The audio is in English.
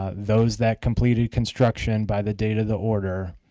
ah those that completed construction by the date of the order